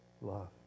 love